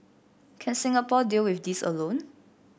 can Singapore deal with this alone